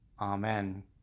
Amen